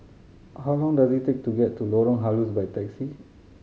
how long does it take to get to Lorong Halus by taxi